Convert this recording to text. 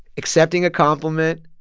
accepting a compliment,